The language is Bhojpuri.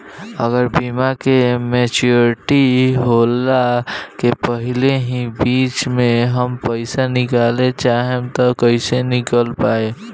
अगर बीमा के मेचूरिटि होला के पहिले ही बीच मे हम पईसा निकाले चाहेम त कइसे निकाल पायेम?